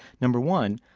number one,